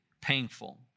painful